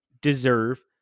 deserve